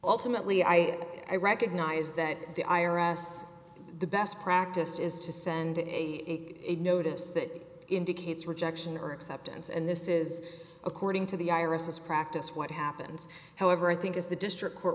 ultimately i recognize that the i r s the best practice is to send a notice that indicates rejection or acceptance and this is according to the irises practice what happens however i think is the district court